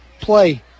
play